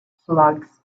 slugs